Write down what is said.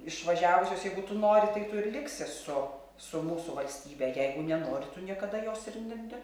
išvažiavusius jeigu tu nori tai tu ir liksi su su mūsų valstybe jeigu nenori tu niekada jos ir ne ne